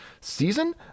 season